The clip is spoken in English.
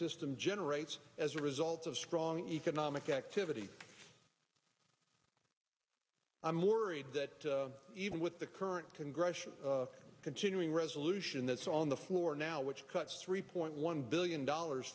system generates as a result of strong economic activity i'm worried that even with the current congressional continuing resolution that's on the floor now which cuts three point one billion dollars